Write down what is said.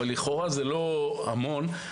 לכאורה זה לא המון,